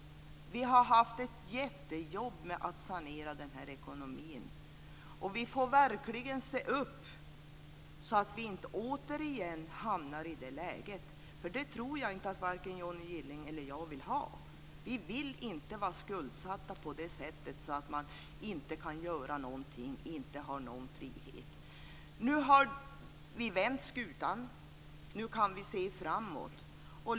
Vi har haft ett jättejobb med att sanera den här ekonomin. Vi får verkligen se upp så att vi inte återigen hamnar i det läget. Det tror jag varken Johnny Gylling eller jag vill. Vi vill inte vara skuldsatta på det sättet, så att man inte kan göra någonting och inte har någon frihet. Nu har vi vänt skutan. Nu kan vi se framåt.